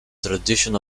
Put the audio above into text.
tradition